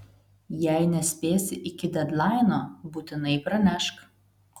jei nespėsi iki dedlaino būtinai pranešk